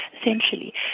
essentially